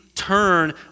turn